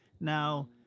Now